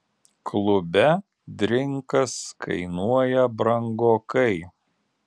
klube drinkas kainuoja brangokai